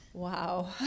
Wow